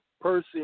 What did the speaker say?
person